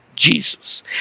jesus